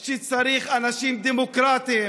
שצריך אנשים דמוקרטים,